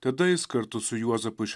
tada jis kartu su juozapu iš